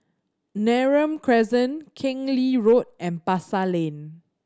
Neram Crescent Keng Lee Road and Pasar Lane